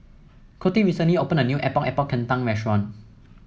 Coty recently opened a new Epok Epok Kentang restaurant